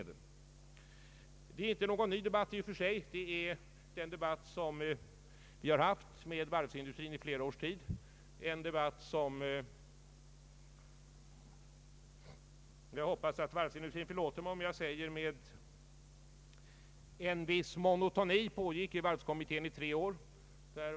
Det är inte någon ny debatt i och för sig, det är en debatt som vi har haft med varvsindustrin i flera års tid. Jag hoppas att varvsindustrin förlåter mig om jag säger att denna debatt med en viss monotoni pågick i varvskommittén under tre år.